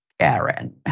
Karen